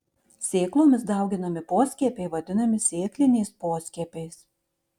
sėklomis dauginami poskiepiai vadinami sėkliniais poskiepiais